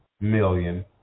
million